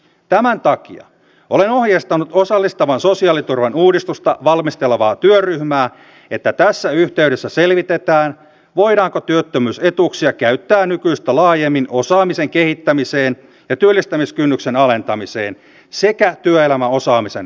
tämän takia olen ohjeistanut osallistavan sosiaaliturvan uudistusta valmistelevaa työryhmää että tässä yhteydessä selvitetään voidaanko työttömyysetuuksia käyttää nykyistä laajemmin osaamisen kehittämiseen ja työllistymiskynnyksen alentamiseen sekä työelämäosaamisen vahvistamiseen